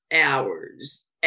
hours